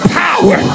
power